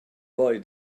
boy